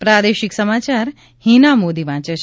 પ્રાદેશિક સમાયાર હિના મોદી વાંચ છે